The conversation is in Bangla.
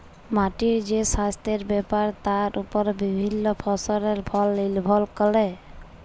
মাটির যে সাস্থের ব্যাপার তার ওপর বিভিল্য ফসলের ফল লির্ভর ক্যরে